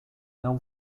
não